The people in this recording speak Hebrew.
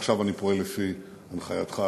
עכשיו אני פועל לפי הנחייתך,